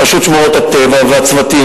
רשות שמורות הטבע והצוותים,